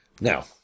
Now